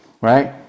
right